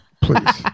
Please